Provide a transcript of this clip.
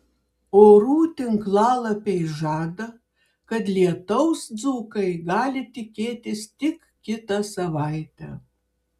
orų tinklalapiai žada kad lietaus dzūkai gali tikėtis tik kitą savaitę